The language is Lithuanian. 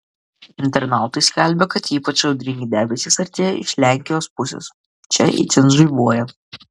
internautai skelbia kad ypač audringi debesys artėja iš lenkijos pusės čia itin žaibuoja